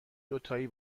دوتایی